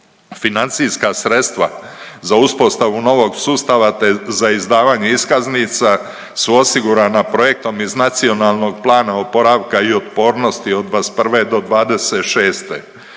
Financijska sredstva za uspostavu novog sustava te za izdavanje iskaznica su osigurana projektom iz Nacionalnog plana oporavka i otpornosti od '21.-'26.